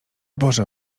boże